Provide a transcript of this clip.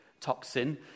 toxin